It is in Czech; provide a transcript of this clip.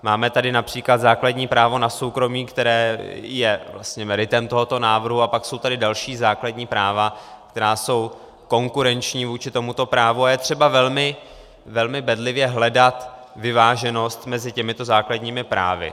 Máme tady například základní právo na soukromí, které je vlastně meritem tohoto návrhu, a pak jsou tady další základní práva, která jsou konkurenční vůči tomuto právu, a je třeba velmi bedlivě hledat vyváženost mezi těmito základními právy.